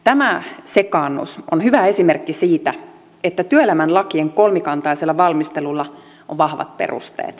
tämä sekaannus on hyvä esimerkki siitä että työelämän lakien kolmikantaisella valmistelulla on vahvat perusteet